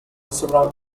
several